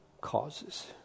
causes